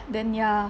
then ya